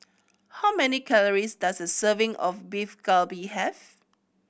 how many calories does a serving of Beef Galbi have